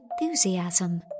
enthusiasm